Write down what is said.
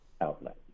outlet